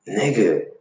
Nigga